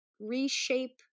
reshape